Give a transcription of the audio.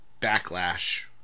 Backlash